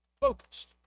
Focused